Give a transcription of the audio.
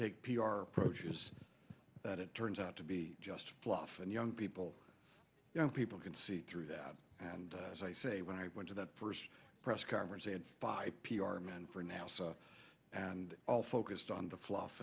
take p r approaches that it turns out to be just fluff and young people you know people can see through that and as i say when i went to that first press conference and five p r men for nasa and all focused on the fluff